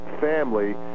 family